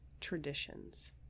traditions